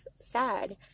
sad